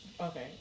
Okay